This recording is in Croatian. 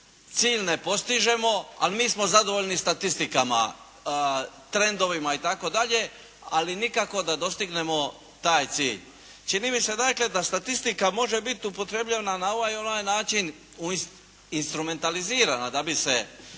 cilj ne postižemo ali mi smo zadovoljni statistikama, trendovima itd. ali nikako da dostignemo taj cilj. Čini mi se dakle da statistika može biti upotrijebljena na ovaj i onaj način instrumentalizirana da bi se